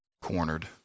cornered